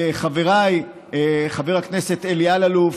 חבריי חבר הכנסת אלי אלאלוף